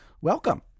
Welcome